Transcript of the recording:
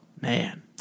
man